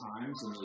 times